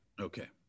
Okay